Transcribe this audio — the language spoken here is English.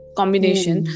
combination